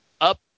up